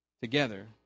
Together